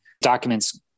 documents